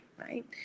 right